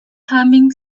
humming